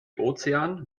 ozean